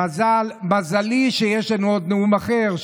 מזלי שיש לנו עוד נאום אחר,